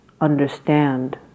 understand